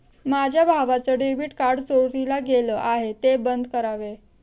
माझ्या भावाचं debit card चोरीला गेलं आहे, ते बंद करावे